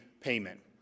payment